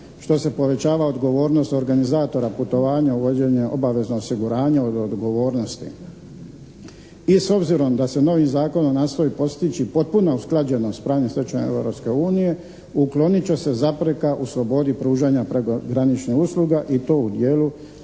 što se povećava odgovornost organizatora putovanja, uvođenje obavezno osiguranje od odgovornosti. I s obzirom da se novim zakonom nastoji postići potpuna usklađenost s pravnim stečevinama Europske unije, uklonit će se zapreka u slobodi pružanja prekograničnih usluga i to u dijelu